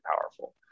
powerful